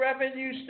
revenue